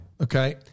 Okay